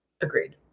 Agreed